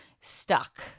stuck